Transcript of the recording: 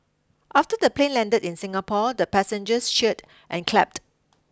after the plane landed in Singapore the passengers cheered and clapped